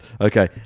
Okay